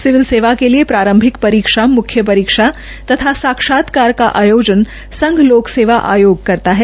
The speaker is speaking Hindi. सिविल सेवा के लिए प्रारंभिक परीक्षा मुख्य परीक्षा तथा साक्षात्कारी का आयोजन संघ लोक सेवा आयोग करता है